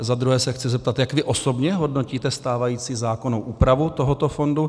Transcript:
Za druhé se chci zeptat, jak vy osobně hodnotíte stávající zákonnou úpravu tohoto fondu.